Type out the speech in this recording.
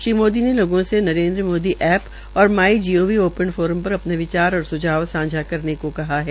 श्री मोदी ने लोगों से नरेन्द्र मोदी ऐप और my G O V open forum पर अपने विचार और स्झाव साझा करने को कहा है